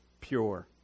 pure